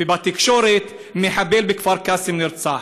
ובתקשורת: מחבל בכפר קאסם נרצח.